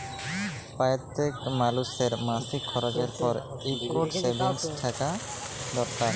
প্যইত্তেক মালুসের মাসিক খরচের পর ইকট সেভিংস থ্যাকা দরকার